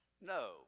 No